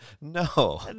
No